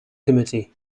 committee